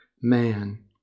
man